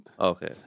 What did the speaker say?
Okay